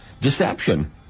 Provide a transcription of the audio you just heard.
deception